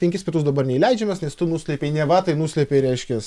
penkis metus dabar neįleidžiamas nes tu nuslėpei neva tai nuslėpei reiškias